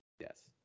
yes